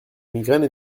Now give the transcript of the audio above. migraine